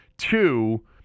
Two